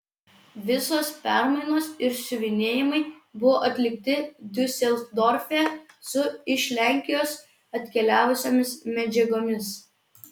visos permainos ir siuvinėjimai buvo atlikti diuseldorfe su iš lenkijos atkeliavusiomis medžiagomis